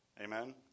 Amen